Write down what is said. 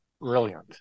brilliant